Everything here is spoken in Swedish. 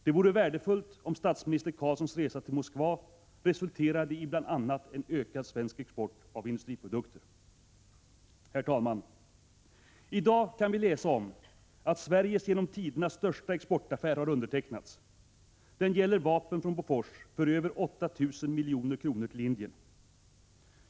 Det vore värdefullt om statsminister Carlssons resa till Moskva resulterade i bl.a. en ökad svensk export av industriprodukter. I dag kan vi läsa om att Sveriges genom tiderna största exportaffär har undertecknats. Den gäller vapen från Bofors för över 8 000 milj.kr. till Indien.